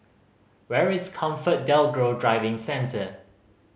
where is ComfortDelGro Driving Centre